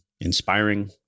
inspiring